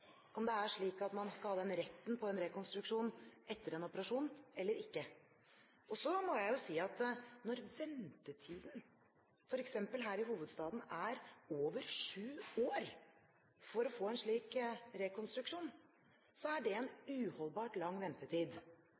om det er slik at man skal ha denne retten til en rekonstruksjon etter en operasjon, eller ikke. Så må jeg si at når ventetiden, f.eks. her i hovedstaden, er over sju år for å få en slik rekonstruksjon, så er det en uholdbart lang ventetid.